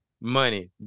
money